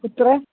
कुत्र